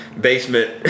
basement